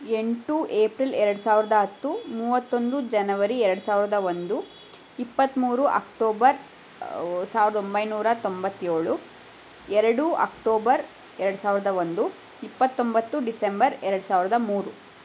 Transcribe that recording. ಎಂಟು ಏಪ್ರಿಲ್ ಎರಡು ಸಾವಿರದ ಹತ್ತು ಮೂವತ್ತೊಂದು ಜನವರಿ ಎರಡು ಸಾವಿರದ ಒಂದು ಇಪ್ಪತ್ತ್ಮೂರು ಅಕ್ಟೋಬರ್ ಸಾವಿರದ ಒಂಬೈನೂರ ತೊಂಬತ್ತೇಳು ಎರಡು ಅಕ್ಟೋಬರ್ ಎರಡು ಸಾವಿರದ ಒಂದು ಇಪ್ಪತ್ತೊಂಬತ್ತು ಡಿಸೆಂಬರ್ ಎರಡು ಸಾವಿರದ ಮೂರು